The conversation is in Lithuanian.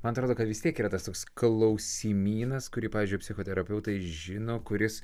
man atrodo kad vis tiek yra tas toks klausimynas kurį pavyzdžiui psichoterapeutai žino kuris